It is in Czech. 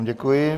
Děkuji.